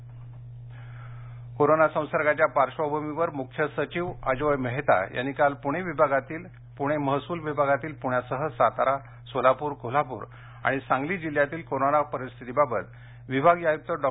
Mehta corona संसर्गाच्या पार्श्वभूमीवर मुख्य सचिव अजोय मेहता यांनी काल पूणे विभागातील पुणे महसूल विभागातील पुण्यासह सातारा सोलापूर कोल्हापूर आणि सांगली जिल्हयांतील कोरोना परिस्थितीबाबत विभागीय आयुक्त डॉ